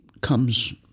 comes